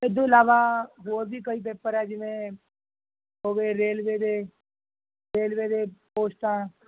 ਇੱਦੂ ਇਲਾਵਾ ਹੋਰ ਵੀ ਕਈ ਪੇਪਰ ਹੈ ਜਿਵੇਂ ਹੋ ਗਏ ਰੇਲਵੇ ਦੇ ਰੇਲਵੇ ਦੇ ਪੋਸਟਾਂ